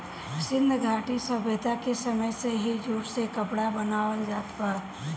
सिंधु घाटी सभ्यता के समय से ही जूट से कपड़ा बनावल जात बा